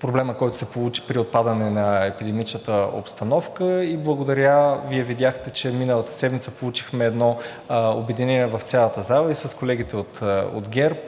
проблема, който се получи при отпадане на епидемичната обстановка, и благодаря. Вие видяхте, че миналата седмица получихме едно обединение в цялата зала – и с колегите от ГЕРБ,